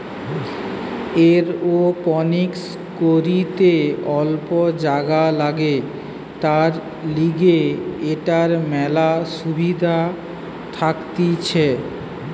aeroponics করিতে অল্প জাগা লাগে, তার লিগে এটার মেলা সুবিধা থাকতিছে